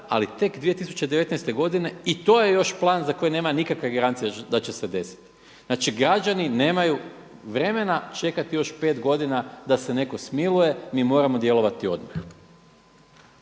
ali tek 2019. godine i to je još plan za koji nema nikakve garancije da će se desiti. Znači građani nemaju vremena čekati još 5 godina da se netko smiluje, mi moramo djelovati odmah.